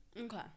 Okay